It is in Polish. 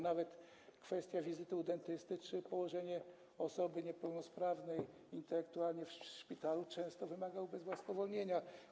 Nawet wizyta u dentysty czy położenie osoby niepełnosprawnej intelektualnie w szpitalu często wymaga ubezwłasnowolnienia.